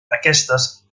aquestes